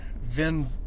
Vin